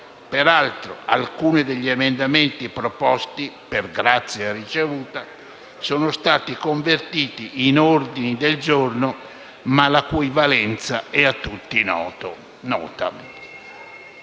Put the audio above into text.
Peraltro alcuni degli emendamenti proposti - per grazia ricevuta - sono stati convertiti in ordini del giorno, la cui valenza è però a tutti nota.